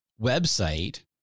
website